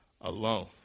Alone